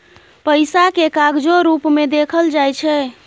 पैसा केँ कागजो रुप मे देखल जाइ छै